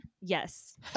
Yes